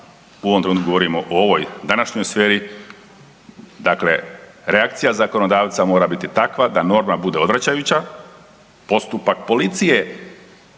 u ovom trenutku govorimo o ovoj današnjoj sferi, dakle reakcija zakonodavca mora biti takva da norma bude odvraćajuća, postupak policije